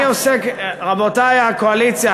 רבותי הקואליציה,